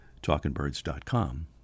talkingbirds.com